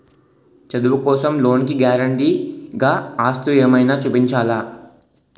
చదువు కోసం లోన్ కి గారంటే గా ఆస్తులు ఏమైనా చూపించాలా?